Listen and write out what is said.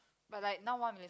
but like now one